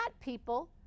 people